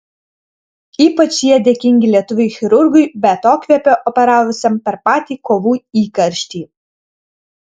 ypač jie dėkingi lietuviui chirurgui be atokvėpio operavusiam per patį kovų įkarštį